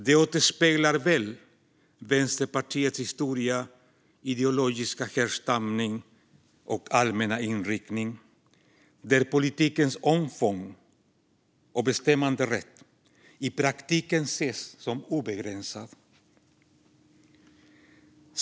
Det återspeglar väl Vänsterpartiets historia, ideologiska härstamning och allmänna inriktning, där politikens omfång och bestämmanderätt i praktiken ses som obegränsad.